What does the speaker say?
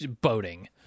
boating